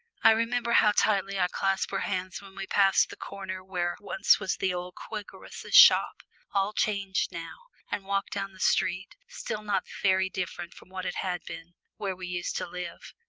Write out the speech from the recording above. i remember how tightly i clasped her hand when we passed the corner where once was the old quakeress's shop all changed now and walked down the street, still not very different from what it had been, where we used to live.